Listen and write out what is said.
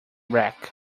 rack